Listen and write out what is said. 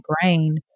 brain